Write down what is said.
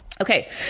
Okay